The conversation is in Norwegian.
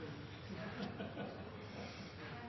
ja